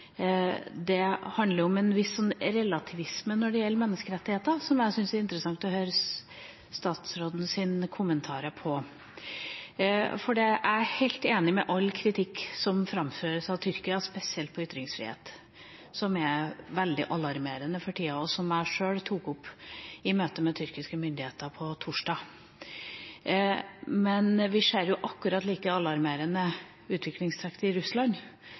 det, men det handler om en viss relativisme når det gjelder menneskerettigheter, som jeg syns det er interessant å høre utenriksministerens kommentarer på. Jeg er helt enig i all kritikk som framføres mot Tyrkia, spesielt når det gjelder ytringsfrihet, som er veldig alarmerende for tida, og som jeg sjøl tok opp i møte med tyrkiske myndigheter på torsdag. Men vi ser jo akkurat like alarmerende utviklingstrekk i Russland,